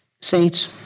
Saints